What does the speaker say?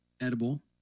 Edible